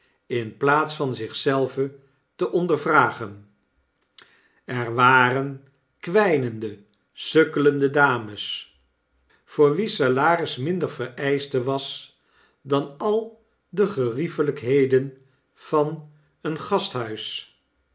in plaats van zich zelve te ondervragen er waren kwynende sukkelende dames voor wie salaris minder vereischte was dan al de geriefelykheden van een gasthuis